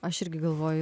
aš irgi galvoju